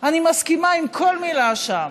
אני מסכימה עם כל מילה שם,